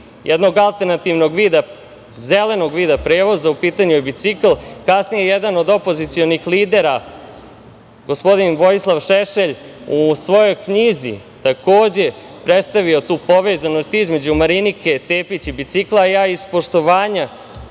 jednog alternativnog vida, zelenog vida prevoza, a u pitanju je bicikl. Kasnije je jedan od opozicionih lidera, gospodin Vojislav Šešelj u svojoj knjizi takođe predstavio tu povezanost između Marinike Tepić i bicikla. Ja iz poštovanja